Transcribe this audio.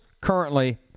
currently